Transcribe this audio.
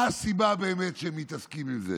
מה הסיבה באמת שהם מתעסקים עם זה?